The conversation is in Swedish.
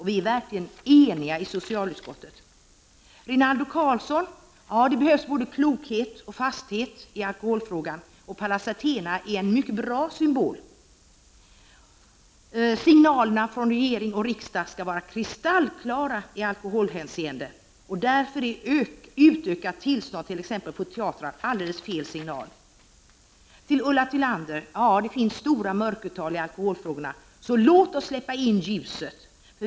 Vi är verkligen eniga i socialutskottet. Jag håller med Rinaldo Karlsson om att det behövs både klokhet och fasthet i alkoholfrågan. Pallas Athena är en mycket bra symbol. Signalerna från regering och riksdag skall vara kristallklara i alkoholhänseende, och därför är utökade tillstånd, t.ex. på teatrar, helt fel signaler. Ulla Tillander sade att det finns stora mörkertal i alkoholfrågorna. Ja, och låt oss därför släppa in ljuset!